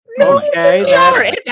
Okay